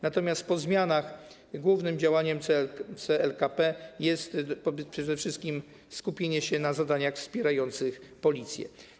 Natomiast po zmianach głównym działaniem CLKP będzie przede wszystkim skupienie się na zadaniach wspierających Policję.